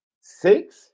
Six